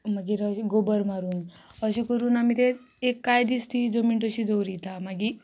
मागीर अशें गोबर मारून अशें करून आमी ते एक कांय दीस ती जमीन तशी दोवरिता मागी